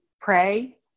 pray